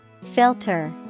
Filter